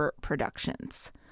productions